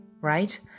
Right